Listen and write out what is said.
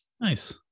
nice